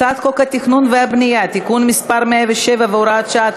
הצעת חוק התכנון והבנייה (תיקון מס' 107 והוראת שעה),